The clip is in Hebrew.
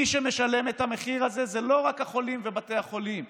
מי שמשלם את המחיר הזה אלה לא רק החולים ובתי החולים,